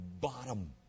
bottom